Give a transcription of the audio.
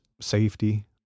safety